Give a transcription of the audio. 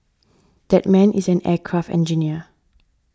that man is an aircraft engineer